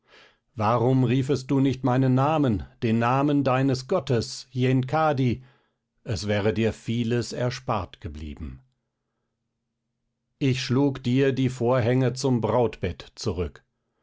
warum riefest du nicht meinen namen den namen deines gottes yenkadi es wäre dir vieles erspart geblieben ich schlug dir die vorhänge zum brautbett zurück